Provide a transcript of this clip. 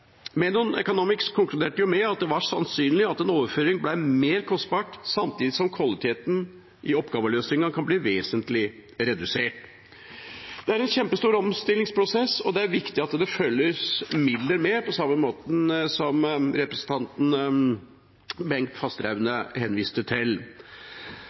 Menon Economics konkluderte med at det var sannsynlig at en overføring ble mer kostbart, samtidig som kvaliteten i oppgaveløsningen kan bli vesentlig redusert. Det er en kjempestor omstillingsprosess, og det er viktig at det følger midler med, på samme måte som representanten Bengt Fasteraune viste til.